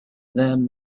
than